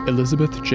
Elizabeth